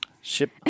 Ship